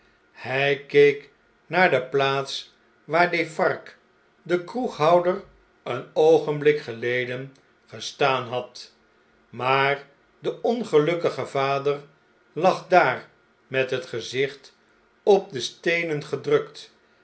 hjj keek naar de plaats waar defarge de kroeghouder een oogenblik geleden gestaan had maar de ongelukkige vader lag daar met het gezicht op de steenen gedrukt